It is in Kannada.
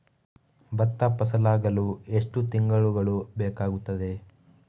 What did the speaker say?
ಭತ್ತ ಫಸಲಾಗಳು ಎಷ್ಟು ತಿಂಗಳುಗಳು ಬೇಕಾಗುತ್ತದೆ?